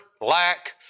lack